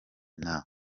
nama